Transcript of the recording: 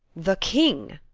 the king!